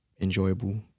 enjoyable